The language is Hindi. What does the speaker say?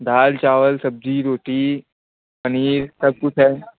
दाल चावल सब्जी रोटी पनीर सब कुछ है